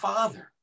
Father